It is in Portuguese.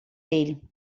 dele